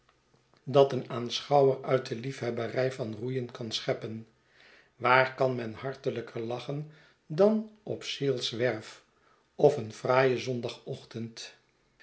dat een aanschouwer uit de liefhebberij van roeien kan scheppen waar kan men hartelijker lachen dan op searle'swerf op een fraaien zondagochtend